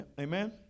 Amen